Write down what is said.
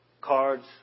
cards